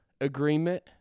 agreement